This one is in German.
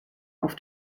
auf